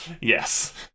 Yes